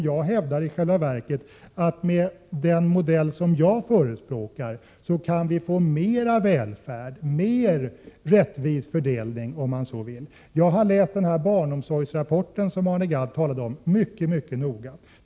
Jag hävdar att vi med den modell som jag förespråkar kan få mer välfärd och mer rättvis fördelning. Jag har mycket noga läst den barnomsorgsrapport som Arne Gadd talade om.